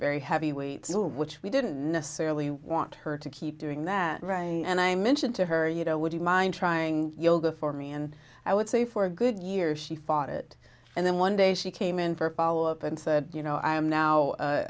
very heavy weights which we didn't necessarily want her to keep doing that right and i mentioned to her you know would you mind trying yoga for me and i would say for a good year she fought it and then one day she came in for a follow up and said you know i am now